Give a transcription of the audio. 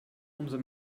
umso